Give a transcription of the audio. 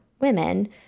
women